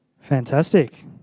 fantastic